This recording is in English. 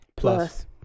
Plus